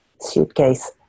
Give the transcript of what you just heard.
suitcase